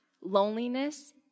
Loneliness